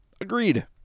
Agreed